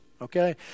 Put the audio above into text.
okay